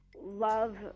love